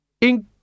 In